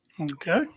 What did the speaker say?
Okay